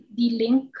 delink